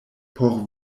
por